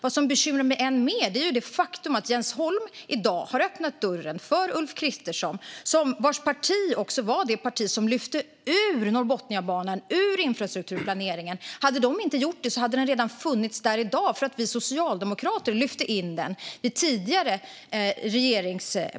Vad som bekymrar mig än mer är det faktum att Jens Holm i dag har öppnat dörren för Ulf Kristersson, vars parti lyfte ut Norrbotniabanan ur infrastrukturplaneringen. Hade de inte gjort det hade den redan funnits där i dag, för vi socialdemokrater lyfte in den under tidigare regering.